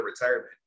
retirement